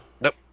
Nope